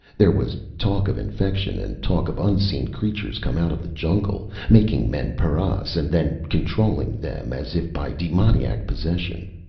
there was talk of infection, and talk of unseen creatures come out of the jungle, making men paras and then controlling them as if by demoniac possession.